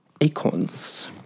acorns